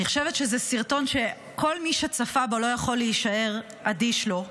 אני חושבת שזה סרטון שכל מי שצפה בו לא יכול להישאר אדיש לו.